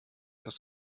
aus